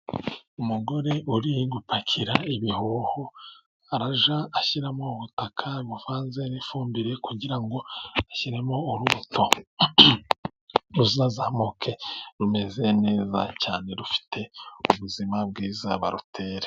Umugore uri gupakira ibihoho arajya ashyiramo ubutaka buvanze n'ifumbire, kugira ngo ashyiremo urubuto, ruzazamuke rumeze neza cyane, rufite ubuzima bwiza barutere.